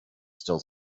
still